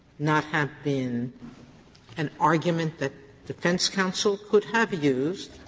not have been an argument that defense counsel could have used,